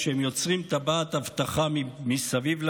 כשהם יוצרים טבעת אבטחה מסביב לאזרחים.